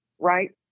right